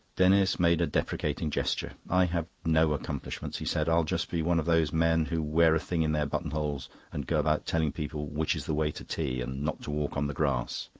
denis made a deprecating gesture. i have no accomplishments, he said, i'll just be one of those men who wear a thing in their buttonholes and go about telling people which is the way to tea and not to walk on the grass.